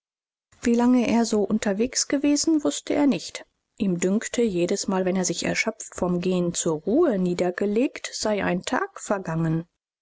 wie lange er so unterwegs gewesen wußte er nicht ihm dünkte jedesmal wenn er sich erschöpft vom gehen zur ruhe niedergelegt sei ein tag vergangen